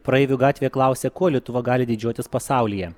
praeivių gatvėje klausė kuo lietuva gali didžiuotis pasaulyje